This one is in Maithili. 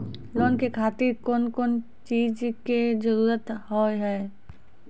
लोन के खातिर कौन कौन चीज के जरूरत हाव है?